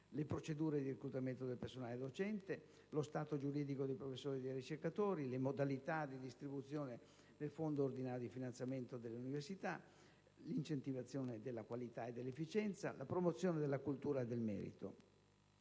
le procedure di reclutamento del personale docente, lo stato giuridico dei professori e dei ricercatori, le modalità di distribuzione del Fondo di finanziamento ordinario delle università, l'incentivazione della qualità e dell'efficienza, la promozione della cultura del merito.